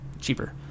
cheaper